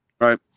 Right